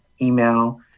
email